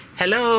hello